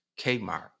Kmart